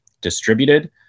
distributed